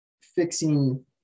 fixing